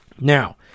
Now